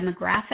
demographic